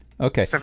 Okay